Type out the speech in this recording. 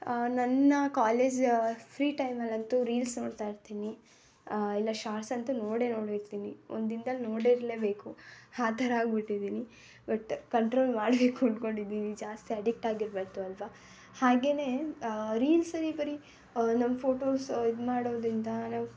ನನ್ನ college free ಟೈಮಲ್ಲಂತೂ reels ನೋಡ್ತಾಯಿರ್ತೀನಿ ಇಲ್ಲ ಶಾರ್ಟ್ಸಂತೂ ನೋಡೇ ನೋಡಿರ್ತೀನಿ ಒಂದು ದಿನ್ದಲ್ಲಿ ನೋಡಿರ್ಲೇಬೇಕು ಹಾ ಥರ ಆಗಿಬಿಟ್ಟಿದ್ದೀನಿ ಬಟ್ ಕಂಟ್ರೋಲ್ ಮಾಡಬೇಕು ಅಂದ್ಕೊಂಡಿದ್ದೀನಿ ಜಾಸ್ತಿ ಅಡಿಕ್ಟಾಗಿರಬಾರ್ದು ಅಲ್ವ ಹಾಗೆಯೇ ರೀಲ್ಸಲಿ ಬರೀ ನಮ್ಮ ಫೋಟೋಸ್ ಇದು ಮಾಡೋದರಿಂದ ನಾವು